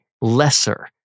lesser